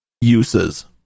uses